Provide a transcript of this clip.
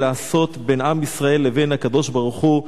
לעשות בין עם ישראל לבין הקדוש-ברוך-הוא,